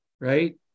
right